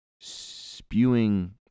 Spewing